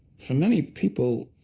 for many people,